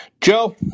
Joe